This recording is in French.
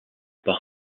par